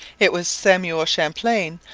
it was samuel champlain,